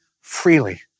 freely